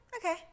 okay